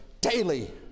daily